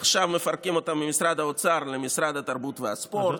עכשיו מפרקים אותן ממשרד האוצר למשרד התרבות והספורט.